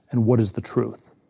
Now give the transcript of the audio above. and what is the truth?